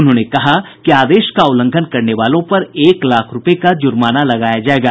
उन्होंने कहा कि आदेश का उल्लंघन करने वालों पर एक लाख रूपये का जुर्माना लगाया जायेगा